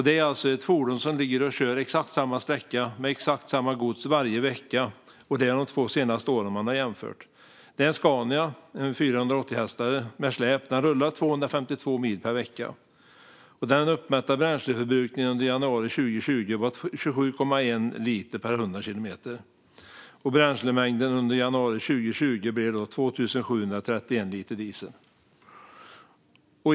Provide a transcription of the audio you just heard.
Det är ett fordon som ligger och kör exakt samma sträcka med exakt samma gods varje vecka. Det är de två senaste åren man har jämfört. Det är en 480 hästars Scania med släp. Den rullar 252 mil per vecka. Den uppmätta bränsleförbrukningen under januari 2020 var 27,1 liter per 100 kilometer. Bränslemängden under januari 2020 blev 2 731 liter diesel.